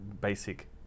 basic